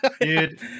Dude